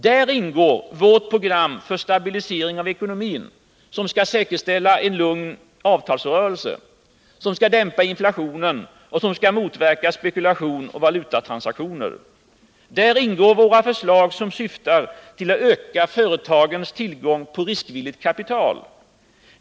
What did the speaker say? Där ingår vårt program för stabilisering av ekonomin, som skall säkerställa en lugn avtalsrörelse, dämpa inflationen och motverka spekulation och valutatransaktioner. Där ingår våra förslag som syftar till att öka företagens tillgång på riskvilligt kapital.